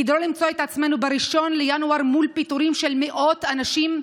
כדי לא למצוא את עצמנו ב-1 בינואר מול פיטורים של מאות אנשים,